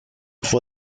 for